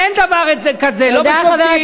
אין דבר כזה, לא בשופטים,